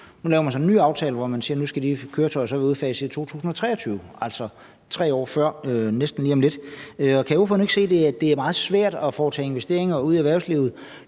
Nu laver man så en ny aftale, hvor man siger, at nu skal de køretøjer udfases i 2023, altså 2 år før, næsten lige om lidt. Kan ordføreren ikke se, at det er meget svært at foretage investeringer ude i erhvervslivet,